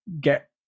get